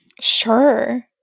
Sure